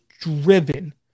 driven